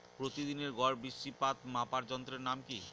প্রতিদিনের গড় বৃষ্টিপাত মাপার যন্ত্রের নাম কি?